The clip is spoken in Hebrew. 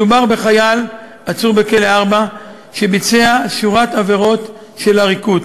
מדובר בחייל עצור בכלא 4 שביצע שורת עבירות של עריקות.